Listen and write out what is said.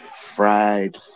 fried